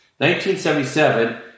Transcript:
1977